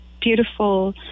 beautiful